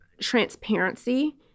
transparency